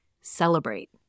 Celebrate